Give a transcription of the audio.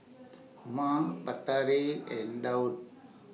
Umar Batari and Daud